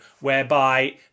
whereby